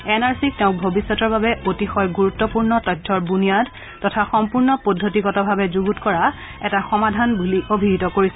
N R C তেওঁ ভৱিষ্যতৰ বাবে অতিশয় গুৰুত্বপূৰ্ণ তথ্যৰ বুনিয়াদ তথা সম্পূৰ্ণ পদ্ধতিগতভাৱে যুগুত কৰা এটা সমাধান বুলি অভিহিত কৰিছে